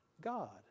God